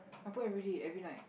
I put everyday every night